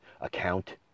account